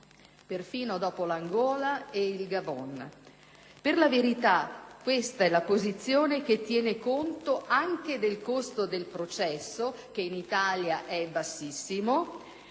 perfino dopo l'Angola e il Gabon. Per la verità, questa posizione tiene conto anche del costo del processo, che in Italia è bassissimo,